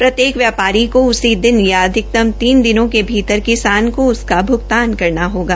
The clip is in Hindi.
प्रत्येक व्यापारी को उसी दिन या अधिकतम तीन दिनों के भीतर किसान को उसका भ्गतान करना होगा